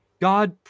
God